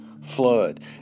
Flood